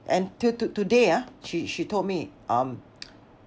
and till to~ today ah she she told me um